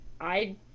I-